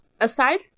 Aside